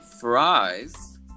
fries